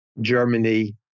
Germany